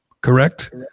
correct